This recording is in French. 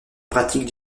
pratique